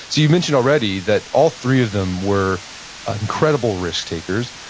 you mentioned already that all three of them were incredible risk-takers,